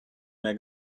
mehr